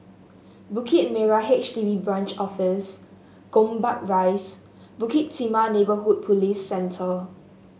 Bukit Merah H D B Branch Office Gombak Rise Bukit Timah Neighbourhood Police Centre